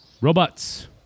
Robots